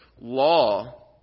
Law